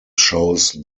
shows